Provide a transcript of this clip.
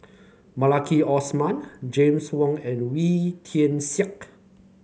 Maliki Osman James Wong and Wee Tian Siak